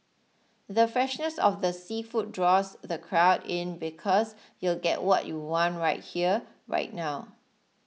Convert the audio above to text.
the freshness of the seafood draws the crowd in because you'll get what you want right here right now